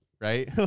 right